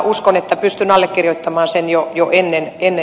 uskon että pystyn allekirjoittamaan sen jo ennen joulua